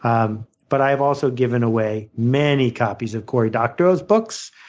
um but i've also given away many copies of cory doctorow's books.